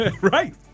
right